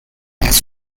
his